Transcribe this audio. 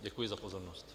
Děkuji za pozornost.